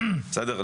בסדר?